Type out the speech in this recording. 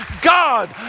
God